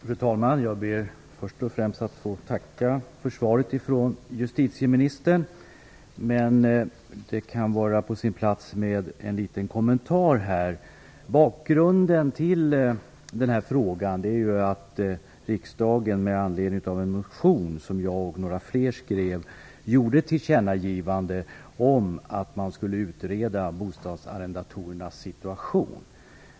Fru talman! Jag ber först och främst att få tacka för justitieministerns svar. Det kan vara på plats med en liten kommentar. Bakgrunden till den här frågan är att riksdagen, med anledning av en motion som jag och några fler skrev, gjorde ett tillkännagivande om att man skulle utreda bostadsarrendatorernas situation.